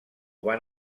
van